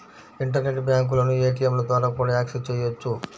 internet బ్యాంకులను ఏటీయంల ద్వారా కూడా యాక్సెస్ చెయ్యొచ్చు